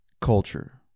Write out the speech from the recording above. culture